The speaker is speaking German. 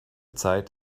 zeit